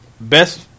best